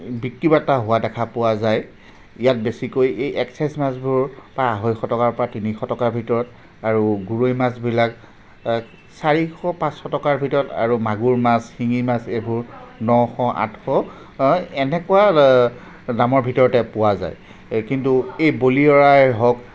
বিক্ৰী বাৰ্তা হোৱা দেখা পোৱা যায় ইয়াত বেছিকৈ এই একছাইজ মাছবোৰ প্ৰায় আঢ়ৈশ টকাৰ পৰা তিনিশ টকাৰ ভিতৰত আৰু গৰৈ মাছবিলাক চাৰিশ পাঁচশ টকাৰ ভিতৰত আৰু মাগুৰ মাছ শিঙি মাছ এইবোৰ নশ আঠশ এনেকুৱা দামৰ ভিতৰতে পোৱা যায় কিন্তু এই বৰিয়লাই হওক